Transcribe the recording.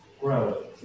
grow